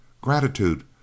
gratitude